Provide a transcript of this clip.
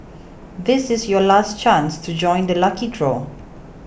this is your last chance to join the lucky draw